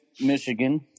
Michigan